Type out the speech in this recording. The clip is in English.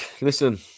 Listen